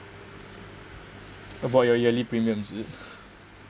about your yearly premiums is it